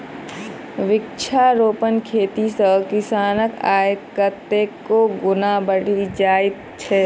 वृक्षारोपण खेती सॅ किसानक आय कतेको गुणा बढ़ि जाइत छै